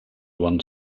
won